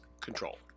Control